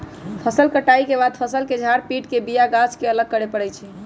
फसल कटाइ के बाद फ़सल के झार पिट के बिया गाछ के अलग करे परै छइ